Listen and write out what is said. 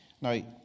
Now